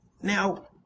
Now